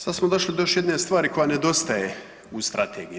Sad smo došli do još jedne stvari koja nedostaje u strategiji.